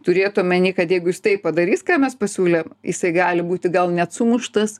turėt omeny kad jeigu jis tai padarys ką mes pasiūlėm jisai gali būti gal net sumuštas